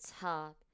top